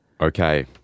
Okay